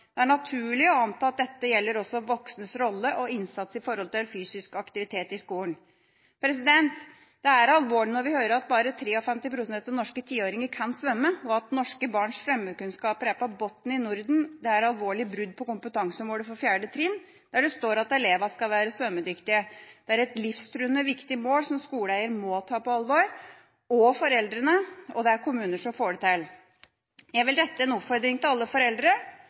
Det er naturlig å anta at voksnes rolle og innsats har betydning også for fysisk aktivitet i skolen. Det er alvorlig når vi hører at bare 53 pst. av norske tiåringer kan svømme, og at norske barns svømmekunnskaper er på bunn i Norden. Det er et alvorlig brudd på kompetansemålet for 4. trinn, der det står at elevene skal være svømmedyktige. Det er et livsviktig mål, som skoleeiere og foreldre nå må ta på alvor. Og det er kommuner som får det til. Jeg vil rette en oppfordring til alle foreldre: